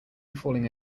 falling